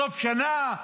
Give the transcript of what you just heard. סוף השנה,